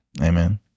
amen